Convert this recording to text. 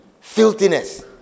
Filthiness